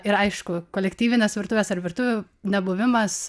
ir aišku kolektyvinės virtuvės ar virtuvių nebuvimas